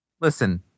Listen